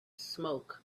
smoke